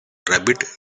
rabbit